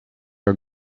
are